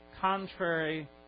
contrary